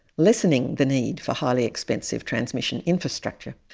lessening the need for highly expensive transmission infrastructure.